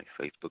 Facebook